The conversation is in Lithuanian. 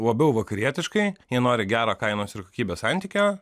labiau vakarietiškai jie nori gero kainos ir kokybės santykio